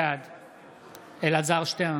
בעד אלעזר שטרן,